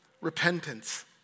repentance